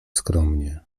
skromnie